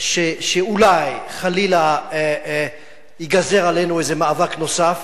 שאולי חלילה ייגזר עלינו איזה מאבק נוסף,